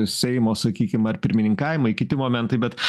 seimo sakykim ar pirmininkavimai kiti momentai bet